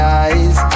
eyes